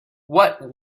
what